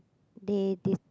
they they